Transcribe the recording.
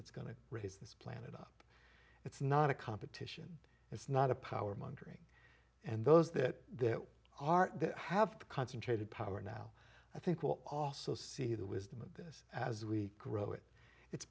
that's going to raise this planet up it's not a competition it's not a power mongering and those that are have concentrated power now i think will also see the wisdom of this as we grow it it's